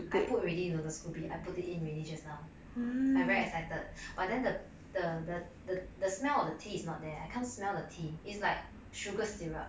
I put already you know the scoby I put it in already just now I very excited but then the the the the the smell of the tea is not there I can't smell the tea is like sugar syrup